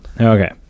Okay